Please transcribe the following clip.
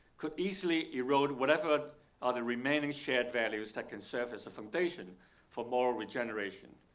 could easily erode whatever are the remaining shared values that can serve as a foundation for moral regeneration.